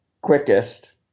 quickest